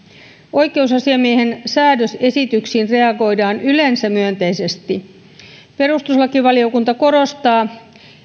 oikeusasiamiehen säädösesityksiin reagoidaan yleensä myönteisesti perustuslakivaliokunta korostaa